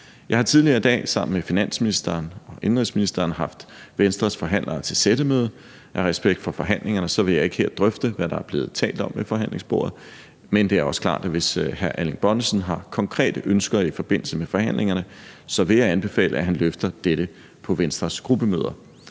Jeg har tidligere i dag sammen med finansministeren og indenrigsministeren haft Venstres forhandlere til sættemøde. Med respekt for forhandlingerne vil jeg ikke her drøfte, hvad der er blevet talt om ved forhandlingsbordet, men det er også klart, at hvis hr. Erling Bonnesen har konkrete ønsker i forbindelse med forhandlingerne, vil jeg anbefale, at han drøfter dette på Venstres gruppemøder.